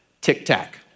tic-tac